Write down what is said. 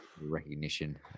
recognition